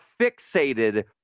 fixated